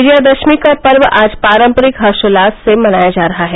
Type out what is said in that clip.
विजयादशमी का पर्व आज पारंपरिक हर्षोल्लास से मनाया जा रहा है